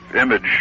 image